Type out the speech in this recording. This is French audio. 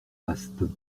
vastes